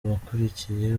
abakurikiye